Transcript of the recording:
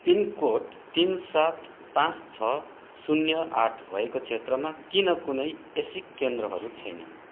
pin code तिन सात पाँच छ शून्य आठ भएको क्षेत्रमा किन कुनै एसिक केन्द्रहरू छैन